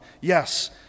Yes